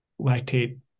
lactate